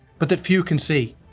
but that few can see.